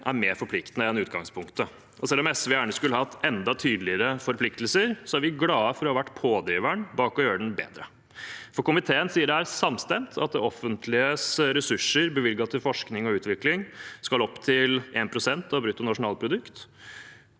er mer forpliktende enn utgangspunktet. Selv om SV gjerne skulle hatt enda tydeligere forpliktelser, er vi glade for å ha vært pådriveren bak å gjøre den bedre. Komiteen sier det er samstemt at det offentliges ressurser bevilget til forskning og utvikling skal opp til 1 pst. av bruttonasjonalproduktet,